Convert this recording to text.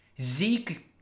Zeke